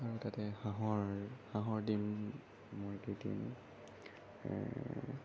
আৰু তাতে হাঁহৰ হাঁহৰ ডিম মুৰ্গী ডিম